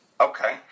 Okay